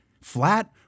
Flat